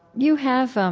you have, um